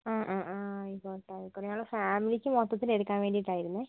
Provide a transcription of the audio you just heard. ആ ആ ആ ആയിക്കോട്ടെ ആയിക്കോട്ടെ ഞങ്ങൾ ഫാമിലിക്ക് മൊത്തത്തിലെടുക്കാൻ വേണ്ടീട്ടായിരുന്നു